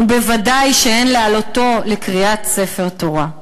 ובוודאי שאין להעלותו לקריאת ספר תורה".